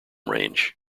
range